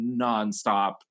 nonstop